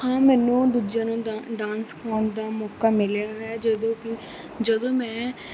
ਹਾਂ ਮੈਨੂੰ ਦੂਜਿਆਂ ਨੂੰ ਦਾਂ ਡਾਂਸ ਸਿਖਾਉਣ ਦਾ ਮੌਕਾ ਮਿਲਿਆ ਹੈ ਜਦੋਂ ਕਿ ਜਦੋਂ ਮੈਂ